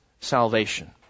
salvation